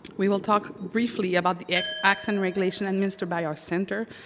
we will talk briefly about the acts acts and regulations administered by our center.